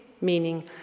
meaning